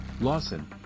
Lawson